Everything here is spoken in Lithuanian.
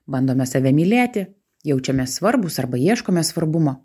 bandome save mylėti jaučiamės svarbūs arba ieškome svarbumo